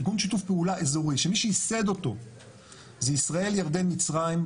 ארגון שיתוף פעולה אזורי שמי שייסד אותו זה ישראל ירדן מצרים,